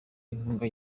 inkunga